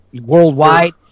worldwide